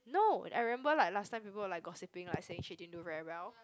no I remember like last time people were like gossiping like saying she didn't do very well